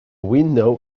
window